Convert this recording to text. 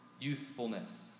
youthfulness